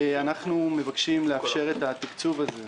אנחנו מבקשים לאפשר את התקצוב הזה,